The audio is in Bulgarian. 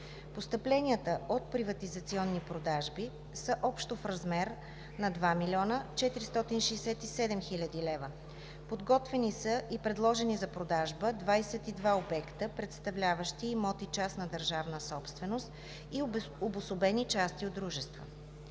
Постъпленията от приватизационни продажби са общо в размер на 2 млн. 467 хил. лв. Подготвени са и предложени за продажба 22 обекта, представляващи имоти частна държавна собственост и обособени части от дружества.